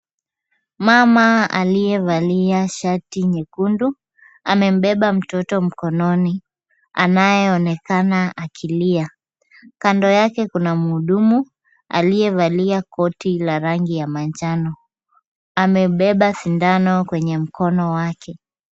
Mama aliyevalia shati nyekundu, amembeba mtoto mkononi anayeonekana akilia. Kando yake kuna mhudumu, aliyevalia koti la rangi ya manjano. Amebeba sindano kwenye mkono wake.